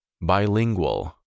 Bilingual